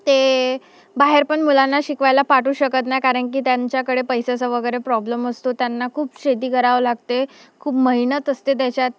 ते बाहेर पण मुलांना शिकवायला पाठवू शकत नाही कारण की त्यांच्याकडे पैसाचा वगैरे प्रॉब्लेम असतो त्यांना खूप शेती करावं लागते खूप मेहनत असते त्याच्यात